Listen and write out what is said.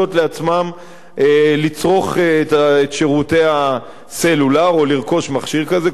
לעצמם לצרוך את שירותי הסלולר או לרכוש מכשיר כזה,